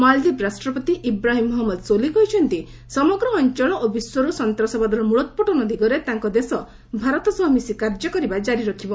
ମାଳଦ୍ୱୀପ ରାଷ୍ଟ୍ରପତି ଇବ୍ରାହିମ୍ ମହମ୍ମଦ ସୋଲିହ୍ କହିଚ୍ଚନ୍ତି ସମଗ୍ର ଅଞ୍ଚଳ ଓ ବିଶ୍ୱରୁ ସନ୍ତାସବାଦର ମୂଳୋପ୍ରାଟନ ଦିଗରେ ତାଙ୍କ ଦେଶ ଭାରତ ସହ ମିଶି କାର୍ଯ୍ୟ କରିବା ଜାରି ରଖିବ